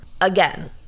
again